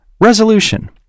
Resolution